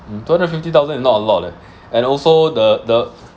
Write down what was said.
two hundred fifty thousand is not a lot leh and also the the